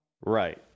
Right